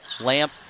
Lamp